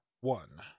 one